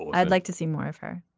i'd like to see more of her.